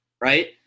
Right